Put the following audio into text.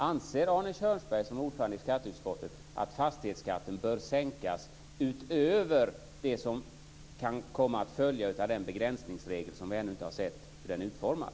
Anser Arne Kjörnsberg som ordförande i skatteutskottet att fastighetsskatten bör sänkas utöver det som kan komma att följa av den begränsningsregel som vi ännu inte har sett hur den är utformad?